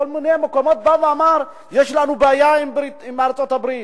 בכל מיני מקומות: יש לנו בעיה עם ארצות-הברית,